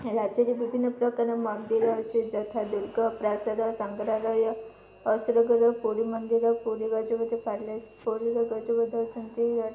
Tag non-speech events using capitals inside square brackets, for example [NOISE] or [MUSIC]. ରାଜ୍ୟରେ ବିଭିନ୍ନ ପ୍ରକାର ମନ୍ଦିର ଅଛି ଯଥା ଦୁର୍ଗ ପ୍ରାସାଦ ସଂଗ୍ରହାଳୟ [UNINTELLIGIBLE] ପୁରୀ ମନ୍ଦିର ପୁରୀ ଗଜପତି ପ୍ୟାଲେସ୍ ପୁରୀର ଗଜପତି ଅଛନ୍ତି